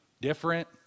different